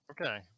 okay